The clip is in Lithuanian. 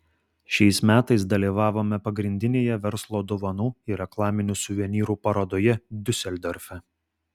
šiais metais dalyvavome pagrindinėje verslo dovanų ir reklaminių suvenyrų parodoje diuseldorfe